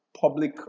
public